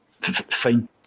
fine